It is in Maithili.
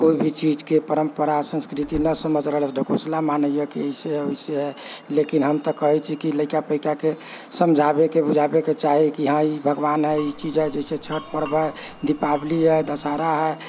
कोइ भी चीजके परम्परा संस्कृति न समझ रहल अइ ढकोसला मानैए कि ऐसे हइ वैसे हइ लेकिन हम तऽ कहैत छियै कि लैका पैकाके समझाबैके बुझाबैके चाही कि हँ ई भगवान हइ ई चीज हइ जैसे छठि पर्व हइ दिपावली हइ दशहरा हइ